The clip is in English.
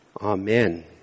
Amen